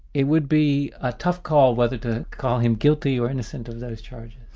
it would be a tough call whether to call him guilty or innocent of those charges.